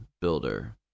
builder